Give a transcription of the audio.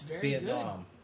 Vietnam